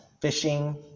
fishing